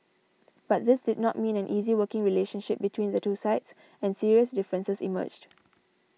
but this did not mean an easy working relationship between the two sides and serious differences emerged